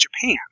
Japan